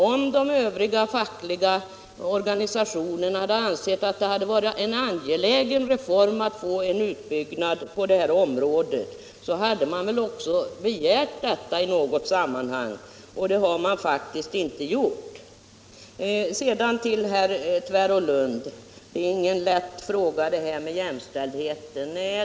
Om de övriga fackorganisationerna ansett att det hade varit en angelägen reform att få en utbyggnad på det här området, hade de väl begärt det i något sammanhang, men det har de faktiskt inte gjort. Sedan till herr Nilsson i Tvärålund. Det är ingen lätt fråga det här med jämställdheten!